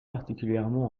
particulièrement